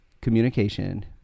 communication